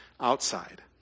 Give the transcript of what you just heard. outside